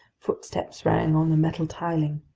footsteps rang on the metal tiling.